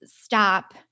stop